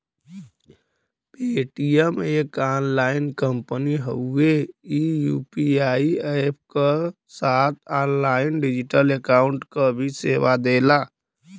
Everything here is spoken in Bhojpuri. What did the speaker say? पेटीएम एक ऑनलाइन कंपनी हउवे ई यू.पी.आई अप्प क साथ ऑनलाइन डिजिटल अकाउंट क भी सेवा देला